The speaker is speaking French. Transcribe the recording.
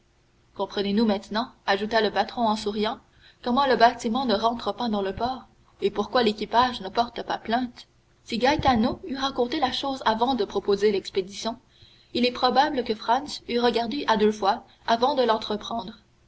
comprenez-vous maintenant ajouta le patron en souriant comment le bâtiment ne rentre pas dans le port et pourquoi l'équipage ne porte pas plainte si gaetano eût raconté la chose avant de proposer l'expédition il est probable que franz eût regardé à deux fois avant de l'entreprendre